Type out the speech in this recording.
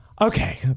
Okay